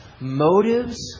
Motives